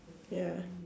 ya